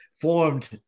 formed